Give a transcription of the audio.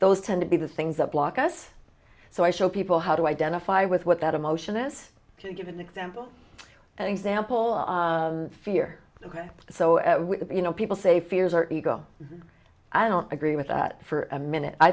those tend to be the things that block us so i show people how to identify with what that emotion is to give an example an example of fear ok so you know people say fears or ego i don't agree with that for a minute i